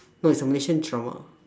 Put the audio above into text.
no it's a malaysian drama